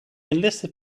enlisted